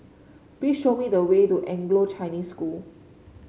please show me the way to Anglo Chinese School